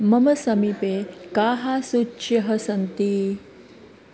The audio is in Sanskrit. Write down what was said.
मम समिपे काः सूच्यः सन्ति